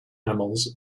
animals